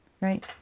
Right